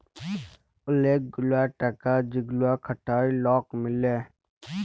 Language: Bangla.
ওলেক গুলা টাকা যেগুলা খাটায় লক মিলে